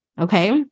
okay